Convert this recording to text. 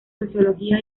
sociología